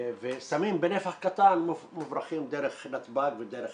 וסמים בנפח קטן מוברחים דרך נתב"ג ודרך